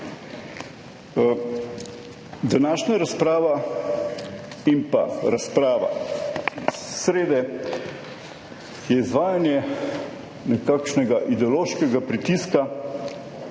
Današnja razprava in razprava srede je izvajanje nekakšnega ideološkega pritiska